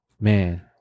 man